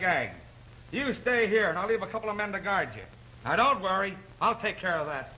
gag you stay here and i'll leave a couple of men to guard you i don't worry i'll take care of that